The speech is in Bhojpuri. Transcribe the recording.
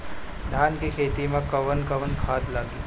धान के खेती में कवन कवन खाद लागी?